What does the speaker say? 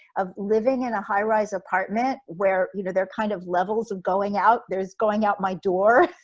of living in a high rise apartment where you know there kind of levels of going out, there's going out my door,